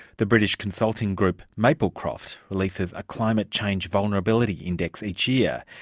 the british consulting group maplecroft releases a climate change vulnerability index each year,